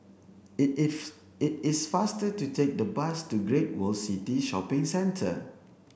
it is it is faster to take the bus to Great World City Shopping Centre